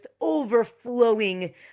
overflowing